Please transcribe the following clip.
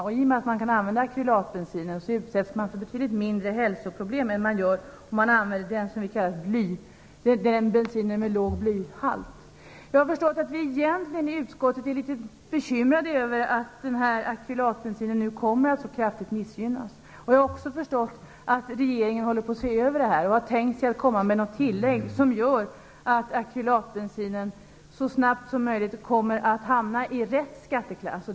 I och med att man kan använda akrylatbensin utsätts man för betydligt mindre hälsoproblem än man gör när man använder bensin med låg blyhalt. Jag har förstått att vi i utskottet egentligen är litet bekymrade över att akrylatbensinen kommer att missgynnas så kraftigt. Jag har också förstått att regeringen håller på att se över frågan och har tänkt sig att komma med ett tillägg som gör att akrylatbensinen så snabbt som möjligt hamnar i rätt skatteklass.